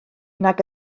nag